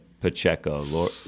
Pacheco